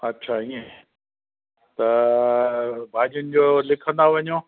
अच्छा हीअं त भाॼीयुनि जो लिखंदा वञो